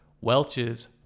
Welch's